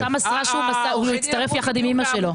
העמותה מסרה שהוא הצטרף יחד עם אימא שלו.